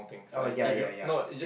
orh ya ya ya ya